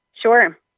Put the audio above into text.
Sure